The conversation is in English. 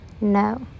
no